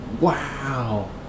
Wow